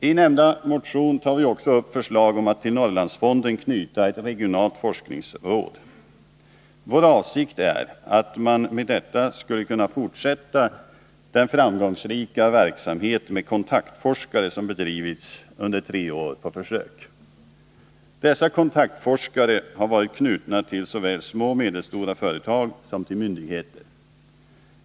I nämnda motion tar vi också upp förslag om att till Norrlandsfonden knyta ett regionalt forskningsråd. Vår avsikt är att man med detta skulle kunna fortsätta den framgångsrika verksamhet med kontaktforskare som bedrivits under tre år på försök. Dessa kontaktforskare har varit knutna såväl till små och medelstora företag som till myndigheter.